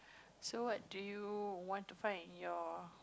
so what do you want to find in your